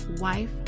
wife